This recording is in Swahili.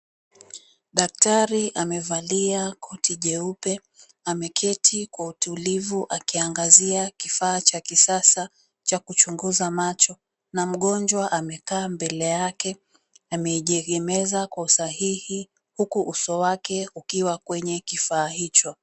Daktari amevalia koti jeupe ameketi kwa utulivu akiangazia kifaa cha kisasa cha kuchunguza macho na mgonjwa amekaa mbele yake amejiegemeza kwa usahihi huku uso wake ukiwa kwenye kifaa hicho.